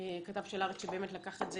כתב של הארץ שבאמת לקח את זה